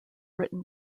written